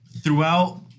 Throughout